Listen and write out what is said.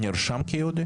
הוא נרשם כיהודי?